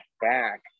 back